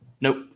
Nope